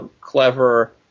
clever